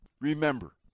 remember